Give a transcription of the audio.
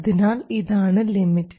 അതിനാൽ ഇതാണ് ലിമിറ്റ്